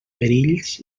perills